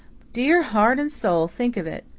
dear heart and soul, think of it!